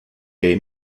gay